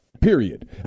period